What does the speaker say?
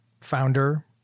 founder